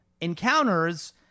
encounters